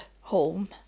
home